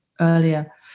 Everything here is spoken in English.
earlier